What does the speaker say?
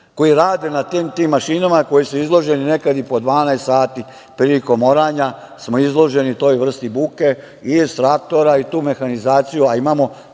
koji rade na tim mašinama, koji su izloženi nekad i po 12 sati prilikom oranja. Izloženi smo toj vrsti buke iz traktora i te mehanizacije, a imamo